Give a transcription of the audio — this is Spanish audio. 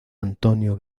antonio